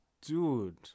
Dude